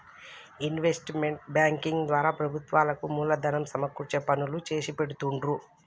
investment banking ద్వారా ప్రభుత్వాలకు మూలధనం సమకూర్చే పనులు చేసిపెడుతుండ్రు